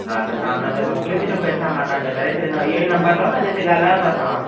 हा त तव्हां उनते मोकिले छॾियो पैसा मां तव्हांजा करे छॾींदा इहेई नम्बर अथव न जिते ॻाल्हायो था तव्हां